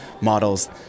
models